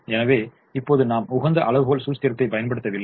எனவே இப்போது நாம் உகந்த அளவுகோல் சூஸ்திரத்தை பயன்படுத்தவில்லை